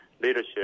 leadership